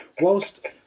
whilst